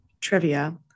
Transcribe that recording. trivia